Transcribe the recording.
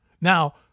Now